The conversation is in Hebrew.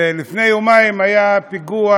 לפני יומיים היה פיגוע